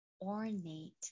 ornate